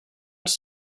els